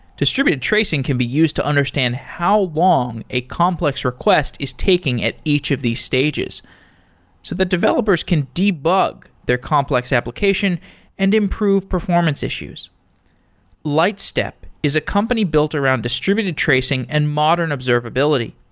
distributed tracing can be used to understand how long a complex request is taking at each of these stages, so the developers can debug their complex application and improve performance issues lightstep is a company built around distributed tracing and modern observability.